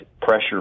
pressure